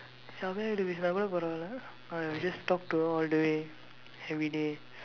கிட்ட பேசுனாக்கூட பரவாயில்லை:kitda peesunaakkuuda paravaayillai uh you just talk to her all the way everyday